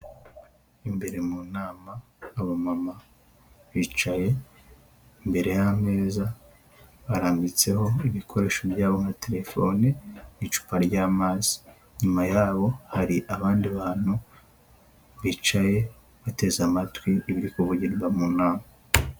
Imbere mu nama aba mama bicaye imbere y'ameza barambitseho ibikoresho byabo muri terefone mu icupa rya mazi, inyuma ya hari abandi bantu bicaye bateze amatwi ibiri kuvugirwa mu nama.